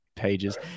pages